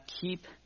keep